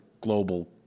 global